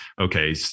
okay